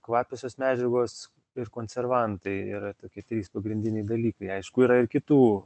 kvapiosios medžiagos ir konservantai yra tokie trys pagrindiniai dalykai aišku yra ir kitų